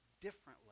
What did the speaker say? differently